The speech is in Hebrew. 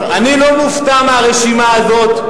אני לא מופתע מהרשימה הזאת,